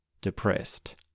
depressed